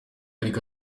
ariko